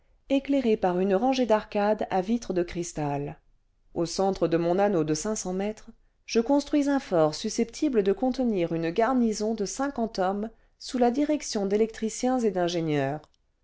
éclairée par une rangée d'arcades à vitres de cristal au centre de mon anneau de cinq cents mètres je construis un fort susceptible de contenir une garnison de cinquante hommes sous la direction d'électriciens et d'ingénieurs